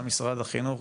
גם משרד החינוך,